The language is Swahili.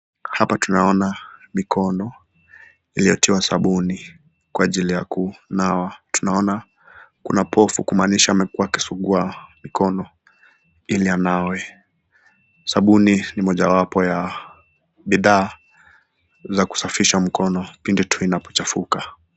Hapa tunaona mikono, iliyotiwa sabuni kwa ajili ya kunawa. Tunaona kuna pofu kumaanisha amekuwa akisugua mkono ili anawe. Sabuni ni moja wapo ya bidhaa za kusafisha mikono pindu tu inapochafuka.